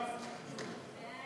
חוק